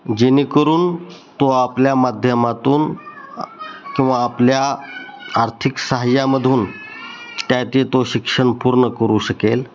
जेणेकरून तो आपल्या माध्यमातून किंवा आपल्या आर्थिक सहाय्यामधून त्याचे तो शिक्षण पूर्ण करू शकेल